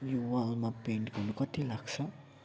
यो वालमा पेन्ट गर्नु कति लाग्छ